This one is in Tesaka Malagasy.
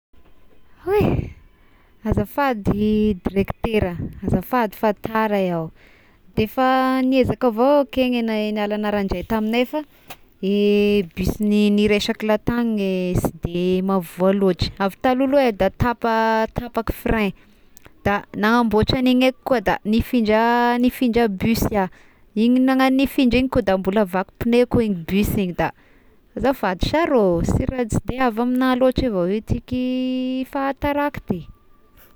Hoey, azafady direktera ah, azafady fa tara iaho defa niezaka avao aho keny nahay niala naranandray tamignay fa eh bus niraisako lah tagny sy de mahavoa loatra, avy taloloha ay da tapa-tapaky frein, da nanamboatra agniny koa da nifindra nifindra bus iaho, igny anah nifindra igny koa da mbola vaky pneu ko igny bus igny da, azafady sarô sy raha avy amina loatra avao ity ky fahatarako ity.